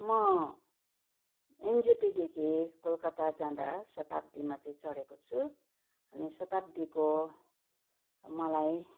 म एनजेपीदेखि कलकत्ता जाँदा शताब्दीमा चाहिँ चढेको छु अनि शताब्दीको मलाई